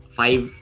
five